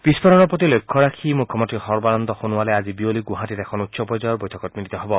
বিস্ফোৰণৰ প্ৰতি লক্ষ্য ৰাখি মুখ্যমন্ত্ৰী সৰ্বানন্দ সোণোৱালে আজি বিয়লি গুৱাহাটীত এখন উচ্চ পৰ্যায়ৰ বৈঠকত মিলিত হ'ব